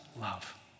love